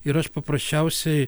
ir aš paprasčiausiai